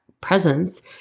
presence